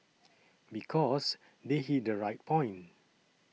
because they hit the right point